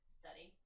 study